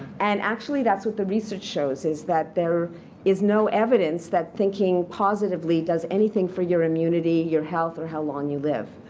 and actually, that's what the research shows is that there is no evidence that thinking positively does anything for your immunity, your health, or how long you live.